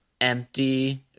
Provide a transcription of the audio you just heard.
empty